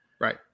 Right